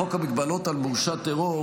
בחוק מגבלות על מורשע טרור,